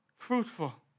Fruitful